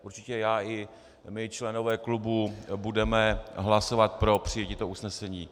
Určitě já i my, členové klubu, budeme hlasovat pro přijetí toho usnesení.